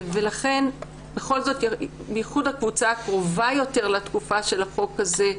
יש יותר מקום לדון לגבי הקבוצה הקרובה יותר לחוק הזה.